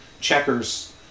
checkers